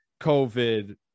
COVID